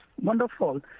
Wonderful